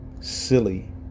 silly